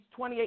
28